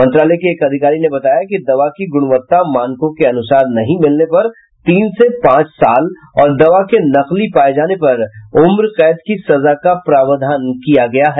मंत्रालय के एक अधिकारी ने बताया कि दवा की गुणवत्ता मानकों के अनुसार नहीं मिलने पर तीन से पांच साल और दवा के नकली पाये जाने पर उम्रकैद की सजा का प्रावधान किया गया है